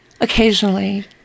Occasionally